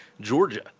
Georgia